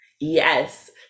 Yes